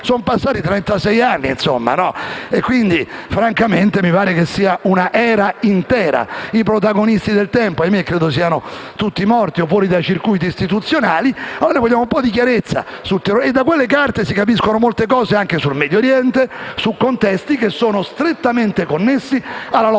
sono passati trentasei anni; francamente, mi pare che sia una era intera. I protagonisti del tempo - ahimè - credo che siano tutti morti o comunque sono fuori dai circuiti istituzionali. Noi vogliamo un po' di chiarezza sul terrorismo; e da quelle carte si capiscono molte cose sul Medio Oriente e su contesti che sono strettamente connessi alla lotta